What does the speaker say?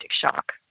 shock